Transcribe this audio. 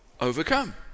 overcome